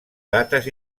dates